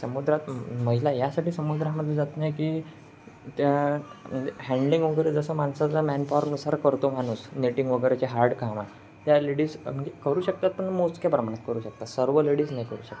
समुद्रात महिला यासाठी समुद्रामध्ये जात नाही की त्या म्हणजे हँडलिंग वगैरे जसं माणसाचा मॅनपावरनुसार करतो माणूस नेटिंग वगैरे जे हार्ड कामं त्या लेडीज म्हणजे करू शकतात पण मोजक्या प्रमाणात करू शकतात सर्व लेडीज नाही करू शकतात